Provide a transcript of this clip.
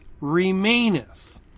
remaineth